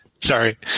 Sorry